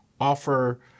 offer